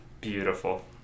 beautiful